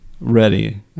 ready